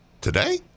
Today